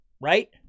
right